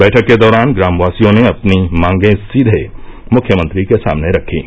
बैठक के दौरान ग्रामवासियों ने अपनी मांगे सीधे मुख्यमंत्री के सामने रखीं